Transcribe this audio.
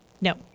no